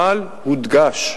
אבל הודגש,